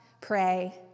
pray